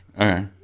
Okay